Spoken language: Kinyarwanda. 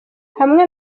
hamwe